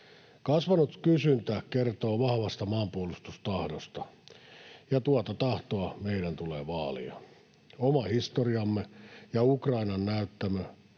Kasvanut kysyntä kertoo vahvasta maanpuolustustahdosta, ja tuota tahtoa meidän tulee vaalia. Oma historiamme ja Ukrainan näyttämä